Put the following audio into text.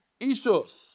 Ishos